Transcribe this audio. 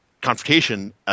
confrontation